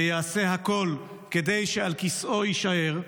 ויעשה הכול כדי שעל כיסאו יישאר,